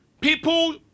People